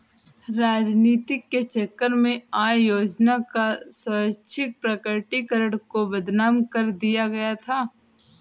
राजनीति के चक्कर में आय योजना का स्वैच्छिक प्रकटीकरण को बदनाम कर दिया गया था